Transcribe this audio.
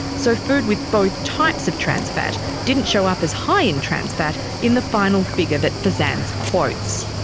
so food with both types of trans fat didn't show up as high in trans fat in the final figure that fsanz quotes.